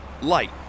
Light